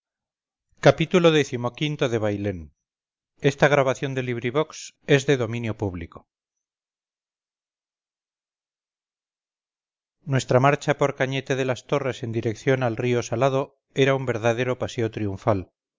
xxiv xxv xxvi xxvii xxviii xxix xxx xxxi xxxii bailén de benito pérez galdós nuestra marcha por cañete de las torres en dirección al río salado era un verdadero paseo triunfal